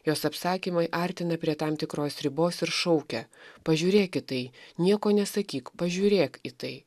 jos apsakymai artina prie tam tikros ribos ir šaukia pažiūrėk į tai nieko nesakyk pažiūrėk į tai